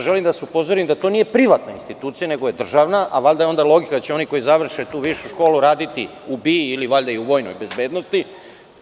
Želim da vas upozorim da to nije privatna institucija, nego državna, pa valjda je logika da će oni koji završe tu višu školu raditi u BIA ili u vojne bezbednosti.